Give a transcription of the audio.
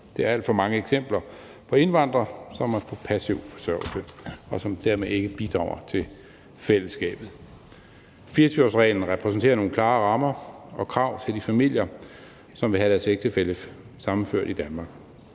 Der er alt for mange eksempler på indvandrere, som er på passiv forsørgelse, og som dermed ikke bidrager til fællesskabet. 24-årsreglen repræsenterer nogle klare rammer og krav til dem, som vil have deres ægtefælle familiesammenført til Danmark.